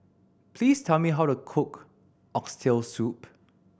please tell me how to cook Oxtail Soup